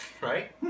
Right